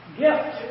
gift